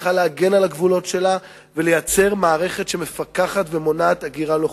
צריכה להגן על הגבולות שלה וליצור מערכת שמפקחת ומונעת הגירה לא חוקית,